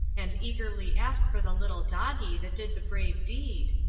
and eagerly ask for the little doggie that did the brave deed,